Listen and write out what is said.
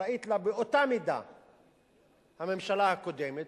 אחראית להן באותה מידה הממשלה הקודמת,